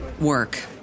work